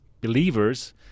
believers